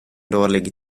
dålig